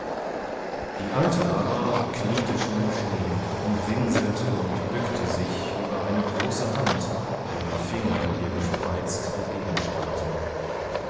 die alte aber kniete schon im schnee und winselte und bückte sich über eine große hand deren finger ihr gespreizt